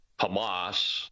Hamas